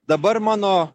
dabar mano